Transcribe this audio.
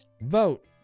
Vote